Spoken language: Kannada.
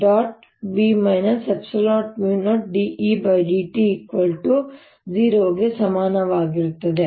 V ε0 μ0 dEdt 0 ಗೆ ಸಮಾನವಾಗಿರುತ್ತದೆ